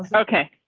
ah so okay.